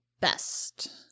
best